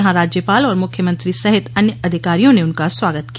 यहां राज्यपाल और मुख्यमंत्री सहित अन्य अधिकारियों ने उनका स्वागत किया